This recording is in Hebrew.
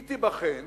היא תיבחן